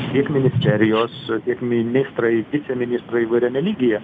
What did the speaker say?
tiek ministerijos tiek ministrai viceministrai įvairiame lygyje